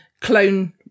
clone